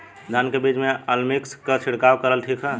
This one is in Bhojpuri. धान के बिज में अलमिक्स क छिड़काव करल ठीक ह?